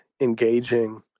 engaging